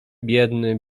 biedny